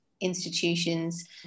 institutions